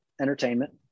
entertainment